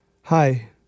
Hi